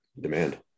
demand